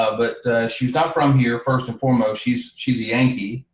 ah but she's not from here, first and foremost, she's she's a yankee.